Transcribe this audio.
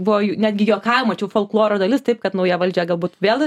buvo netgi juokavo folkloro dalis taip kad nauja valdžia galbūt vėl